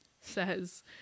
says